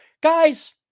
Guys